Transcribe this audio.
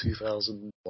2001